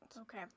Okay